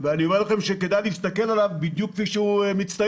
ואני אומר לכם שצריך להסתכל עליו בדיוק כמו שהוא מצטייר.